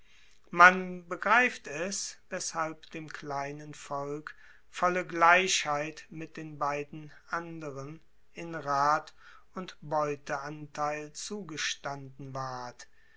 man begreift es weshalb dem kleinen volk volle gleichheit mit den beiden anderen in rat und beuteanteil zugestanden ward